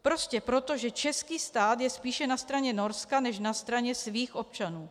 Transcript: Prostě proto, že český stát je spíše na straně Norska než na straně svých občanů.